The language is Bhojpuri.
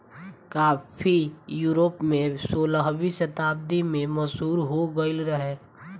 काफी यूरोप में सोलहवीं शताब्दी में मशहूर हो गईल रहे